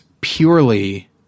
purely